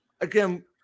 again